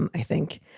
and i think,